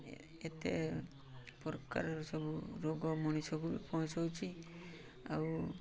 ଏତେ ପ୍ରକାରର ସବୁ ରୋଗ ମଣିଷକୁ ପହଁଞ୍ଚଉଛି ଆଉ